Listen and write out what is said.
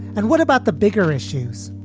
and what about the bigger issues,